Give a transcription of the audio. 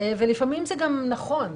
ולפעמים זה גם נכון.